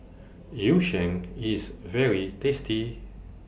Yu Sheng IS very tasty